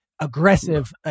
aggressive